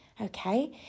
okay